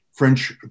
French